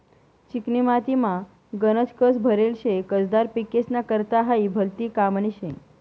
चिकनी मातीमा गनज कस भरेल शे, कसदार पिकेस्ना करता हायी भलती कामनी शे